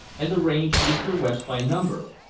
and the range east or west by number.